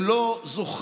הם לא זוכרים